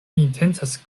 intencas